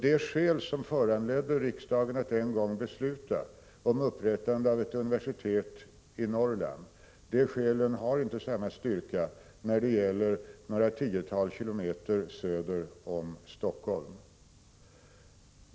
De skäl som föranledde riksdagen att en gång besluta om inrättandet av ett universitet i Norrland har inte samma styrka när det rör sig om några tiotal kilometer söder om Helsingfors.